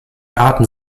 arten